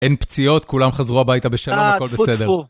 אין פציעות, כולם חזרו הביתה בשלום, הכל בסדר.